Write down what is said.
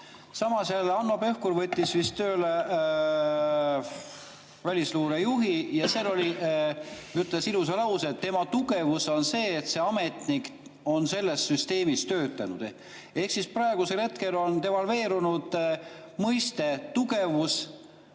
Samas Hanno Pevkur võttis tööle välisluure juhi ja seal ta ütles ilusa lause, et tema tugevus on see, et see ametnik on selles süsteemis töötanud. Ehk siis praegusel hetkel on devalveerunud mõiste "tugevus",